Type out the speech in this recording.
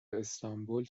استانبول